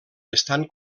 estan